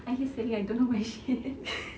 at least I don't know my shit